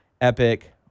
epic